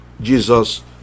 Jesus